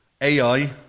Ai